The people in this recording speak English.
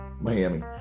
Miami